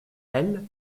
elle